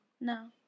No